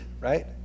right